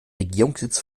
regierungssitz